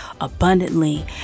abundantly